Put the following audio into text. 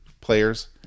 players